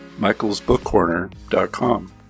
michaelsbookcorner.com